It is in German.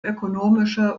ökonomische